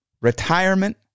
retirement